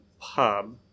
pub